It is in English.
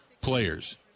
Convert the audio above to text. players